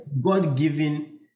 god-given